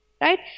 right